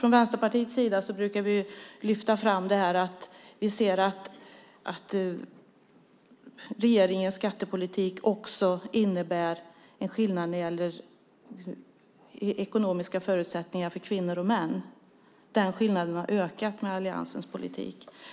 Från Vänsterpartiets sida brukar vi lyfta fram att vi ser att regeringens skattepolitik också innebär en skillnad i ekonomiska förutsättningar för kvinnor och män. Den skillnaden har ökat med alliansens politik.